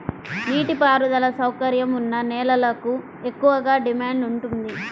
నీటి పారుదల సౌకర్యం ఉన్న నేలలకు ఎక్కువగా డిమాండ్ ఉంటుంది